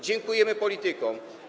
Dziękujemy politykom.